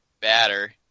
batter